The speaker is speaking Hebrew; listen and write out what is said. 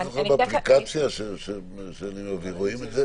אני זוכר שכשמעבירים באפליקציה רואים את זה מיד.